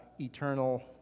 eternal